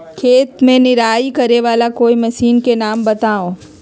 खेत मे निराई करे वाला कोई मशीन के नाम बताऊ?